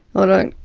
ah don't